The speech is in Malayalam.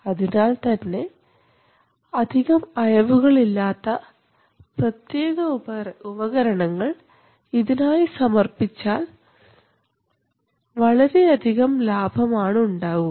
അതിനാൽ തന്നെ അധികം അയവുകൾ ഇല്ലാത്ത പ്രത്യേക ഉപകരണങ്ങൾ ഇതിനായി സമർപ്പിച്ചാൽ വളരെയധികം ലാഭം ആണ് ഉണ്ടാവുക